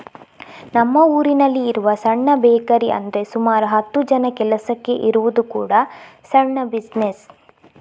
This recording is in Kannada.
ನಮ್ಮ ಊರಿನಲ್ಲಿ ಇರುವ ಸಣ್ಣ ಬೇಕರಿ ಅಂದ್ರೆ ಸುಮಾರು ಹತ್ತು ಜನ ಕೆಲಸಕ್ಕೆ ಇರುವುದು ಕೂಡಾ ಸಣ್ಣ ಬಿಸಿನೆಸ್